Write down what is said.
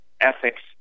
ethics